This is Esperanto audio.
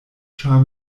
ĉar